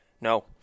no